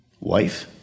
Wife